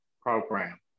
program